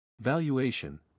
valuation